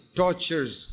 tortures